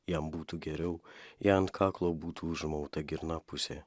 jam būtų geriau jei ant kaklo būtų užmauta girnapusė